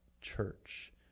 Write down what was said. church